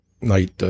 night